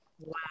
Wow